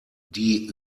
die